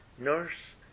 nurse